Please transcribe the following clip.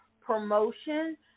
promotion